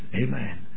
Amen